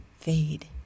Fade